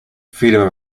freedom